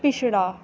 पिछड़ा